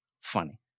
funny